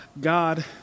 God